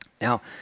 Now